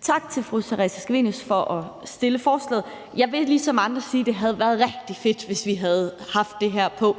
Tak til fru Theresa Scavenius for at fremsætte forslaget. Jeg vil ligesom andre sige, at det havde været rigtig fedt, hvis vi havde haft det her på